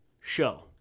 show